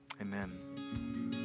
Amen